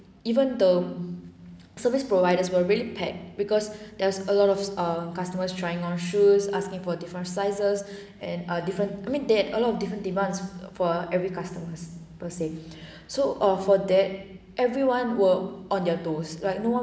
even though service providers were really packed because there's a lot of err customers trying on shoes asking for different sizes and err different I mean there have a lot of different demands for every customers per se so of for that everyone were on their toes like no one